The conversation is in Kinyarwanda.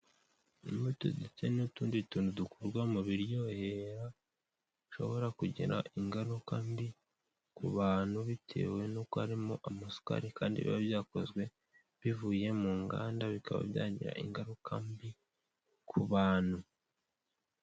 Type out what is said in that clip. Utubuto duke n'utundi tuntu dukorwa mu biryoherera bishobora kugira ingaruka mbi ku bantu bitewe n'uko harimo amasukari kandi biba byakozwe bivuye mu nganda bikaba byagira ingaruka mbi ku bantu.